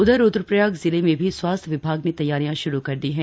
उधर रुद्रप्रयाग जिले में भी स्वास्थ्य विभाग ने तैयारियां श्रू कर दी हैं